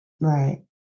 Right